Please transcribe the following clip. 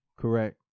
Correct